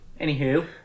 Anywho